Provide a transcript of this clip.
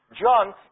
John